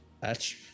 thats